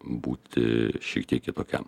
būti šiek tiek kitokiam